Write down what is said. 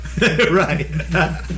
right